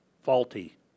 Faulty